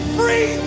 free